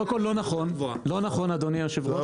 קודם כל לא נכון, אדוני היושב ראש.